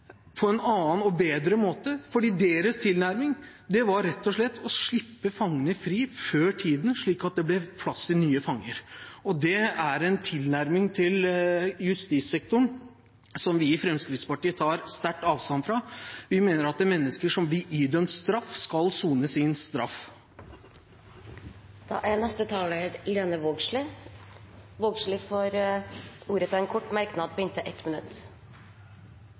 på en annen og bedre måte. Deres tilnærming var rett og slett å slippe fangene fri før tiden, slik at det ble plass til nye fanger. Det er en tilnærming til justissektoren som vi i Fremskrittspartiet tar sterkt avstand fra. Vi mener at mennesker som blir idømt straff, skal sone sin straff. Representanten Lene Vågslid har hatt ordet to ganger tidligere og får ordet til en kort merknad, begrenset til 1 minutt.